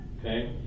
okay